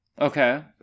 okay